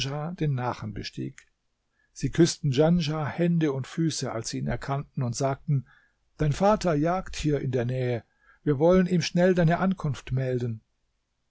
den nachen bestieg sie küßten djanschah hände und füße als sie ihn erkannten und sagten dein vater jagt hier in der nähe wir wollen ihm schnell deine ankunft melden